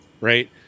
right